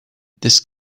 this